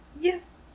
Yes